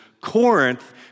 Corinth